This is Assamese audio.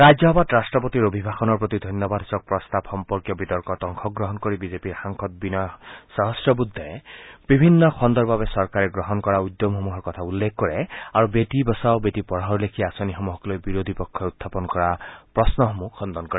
ৰাজ্যসভাত ৰাট্টপতিৰ অভিভাষণৰ প্ৰতি ধন্যবাদসূচক প্ৰস্তাৱ সম্পৰ্কীয় বিতৰ্কত অংশগ্ৰহণ কৰি বিজেপিৰ সাংসদ বিনয় সহম্ববুদ্ধে বিভিন্ন খণ্ডৰ বাবে চৰকাৰে গ্ৰহণ কৰা উদ্যমসমূহৰ কথা উল্লেখ কৰে আৰু বেটি বাচাও বেটি পাঢ়াওৰ লেখীয়া আঁচনিসমূহক লৈ বিৰোধী পক্ষই উত্থাপন কৰা প্ৰণ্নসমূহ খণ্ডন কৰে